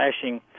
flashing